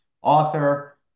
author